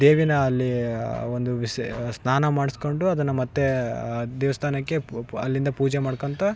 ದೇವಿನ ಅಲ್ಲಿ ಆವೊಂದು ವಿಷಯ ಸ್ನಾನ ಮಾಡಿಸ್ಕೊಂಡು ಅದನ್ನು ಮತ್ತು ಆ ದೇವಸ್ಥಾನಕ್ಕೆ ಪು ಪು ಅಲ್ಲಿಂದ ಪೂಜೆ ಮಾಡ್ಕೊಂತ